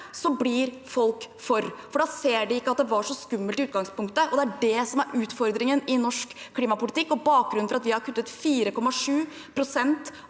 blir folk for det. Da ser de at det ikke var så skummelt i utgangspunktet. Det er det som er utfordringen i norsk klimapolitikk, og det er bakgrunnen for at vi har kuttet 4,7 pst.